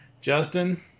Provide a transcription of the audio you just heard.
Justin